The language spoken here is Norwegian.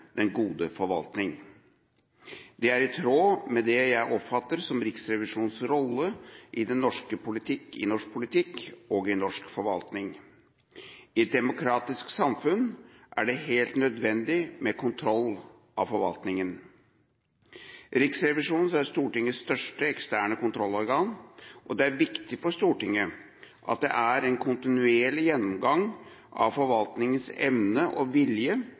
den gode forvaltning. Det er i tråd med det jeg oppfatter som Riksrevisjonens rolle i norsk politikk og i norsk forvaltning. I et demokratisk samfunn er det helt nødvendig med kontroll av forvaltningen. Riksrevisjonen er Stortingets største eksterne kontrollorgan, og det er viktig for Stortinget at det er en kontinuerlig gjennomgang av forvaltningens evne og vilje